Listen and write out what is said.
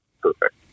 perfect